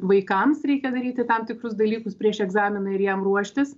vaikams reikia daryti tam tikrus dalykus prieš egzaminą ir jam ruoštis